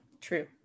true